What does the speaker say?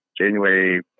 January